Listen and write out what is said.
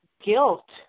guilt